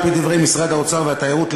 על-פי דברי משרדי האוצר והתיירות,